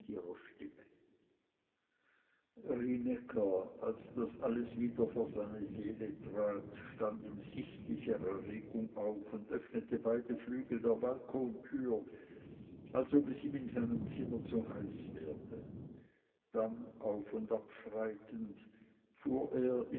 ihrer stimme rienäcker als das alles wieder vor seine seele trat stand in sichtlicher erregung auf und öffnete beide flügel der balkontür als ob es ihm in seinem zimmer zu heiß werde dann auf und ab schreitend fuhr